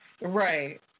Right